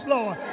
Lord